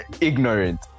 ignorant